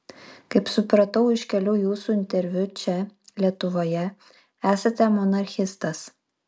kaip supratau iš kelių jūsų interviu čia lietuvoje esate monarchistas